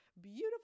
beautiful